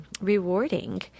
rewarding